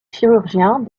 chirurgiens